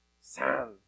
sand